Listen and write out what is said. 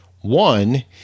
One